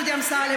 דודי אמסלם,